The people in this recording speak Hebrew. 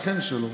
השכן שלו: